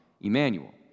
Emmanuel